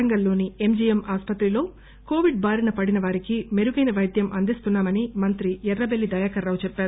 వరంగల్ లోని ఎంజిఎం ఆసుపత్రిలో కోవిడ్ బారిన పడిన వారికి మెరుగైన వైద్యం అందిస్తున్నా మని మంత్రి ఎర్రబెల్లి దయాకర్ రావు చెప్పారు